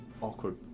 awkward